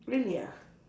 really ah